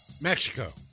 Mexico